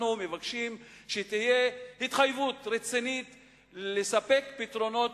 אנחנו מבקשים שתהיה התחייבות רצינית לספק פתרונות